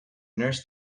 nurse